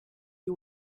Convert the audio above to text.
you